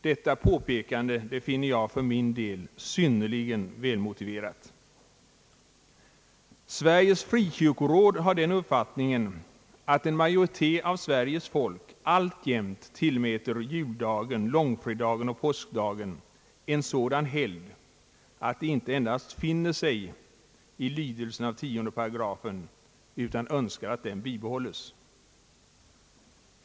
Detta påpekande finner jag för min del synnerligen välmotiverat. Sveriges frikyrkoråd har den uppfattningen att majoriteten av Sveriges folk alltjämt tillmäter juldagen, långfredagen och påskdagen en sådan helgd att de inte endast finner sig i lydelsen av 10 § allmänna ordningsstadgan utan också önskar att den bibehålles.